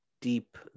deep